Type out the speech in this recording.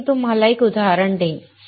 तर मी तुम्हाला एक उदाहरण देईन